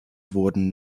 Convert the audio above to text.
wurden